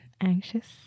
anxious